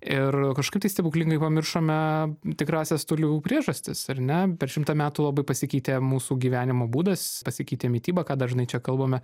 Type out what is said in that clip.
ir kažkaip tai stebuklingai pamiršome tikrąsias toliau priežastis ar ne per šimtą metų labai pasikeitė mūsų gyvenimo būdas pasikeitė mityba ką dažnai čia kalbame